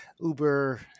Uber